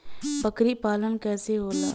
बकरी पालन कैसे होला?